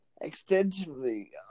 extensively